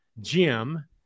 Jim